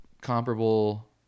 comparable